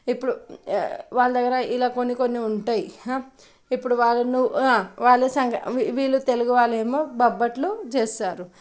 ఇప్పుడు వాళ్ళ దగ్గర ఇలా కొన్ని కొన్ని ఉంటాయి ఇప్పుడు వాళ్ళను వాళ్ళు సం వీళ్ళు తెలుగు వాళ్ళేమో బొబ్బట్లు చేస్తారు